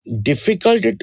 Difficult